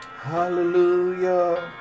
Hallelujah